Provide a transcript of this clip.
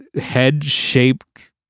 head-shaped